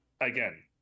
Again